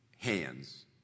hands